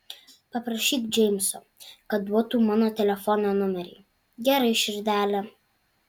paprašyk džeimso kad duotų mano telefono numerį gerai širdele